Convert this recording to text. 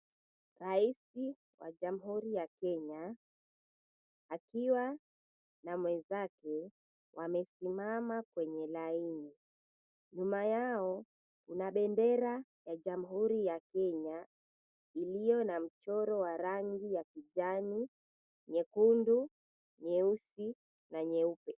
Rais wa Jamhuri ya Kenya akiwa na mwenzake amesimama kwenye laini. Nyuma yao kuna bendera ya jamhuri ya Kenya iliyo na mchoro wa rangi ya kijani, nyekundu, nyeusi na nyeupe.